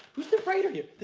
who's the writer here?